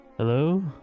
Hello